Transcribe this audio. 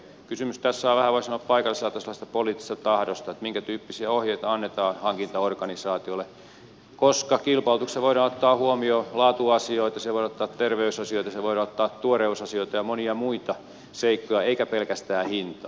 kysymys tässä on vähän voi sanoa paikallisella tasolla siitä poliittisesta tahdosta minkä tyyppisiä ohjeita annetaan hankintaorganisaatiolle koska kilpailutuksessa voidaan ottaa huomioon laatuasioita siinä voidaan ottaa terveysasioita siinä voidaan ottaa tuoreusasioita ja monia muita seikkoja eikä pelkästään hintaa